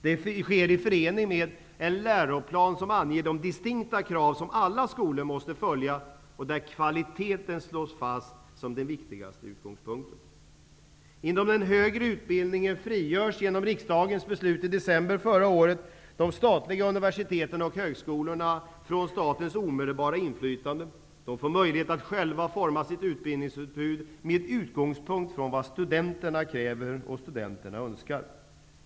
Det sker i förening med en läroplan som anger de distinkta krav som alla skolor måste följa och där kvaliteten slås fast som den viktigaste utgångspunkten. Inom den högre utbildningen frigörs genom riksdagens beslut i december förra året de statliga universiteten och högskolorna från statens omedelbara inflytande. De får möjlighet att själva utforma sitt utbildningsutbud med utgångspunkt från vad studenterna kräver och önskar.